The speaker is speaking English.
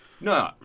No